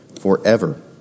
forever